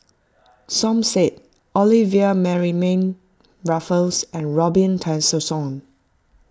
Som Said Olivia Mariamne Raffles and Robin Tessensohn